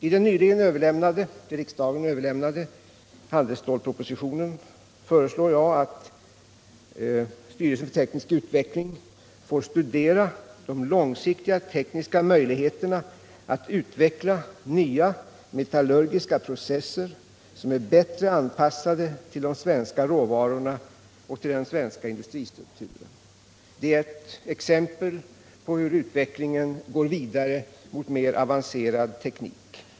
I den nyligen till riksdagen överlämnade handelsstålspropositionen föreslår jag att STU får studera de långsiktiga tekniska möjligheterna att utveckla nya metallurgiska processer som är bättre anpassade till de svenska råvarorna och den svenska industristrukturen. Det är ett exempel på hur utvecklingen går vidare mot mer avancerad teknik.